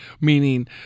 Meaning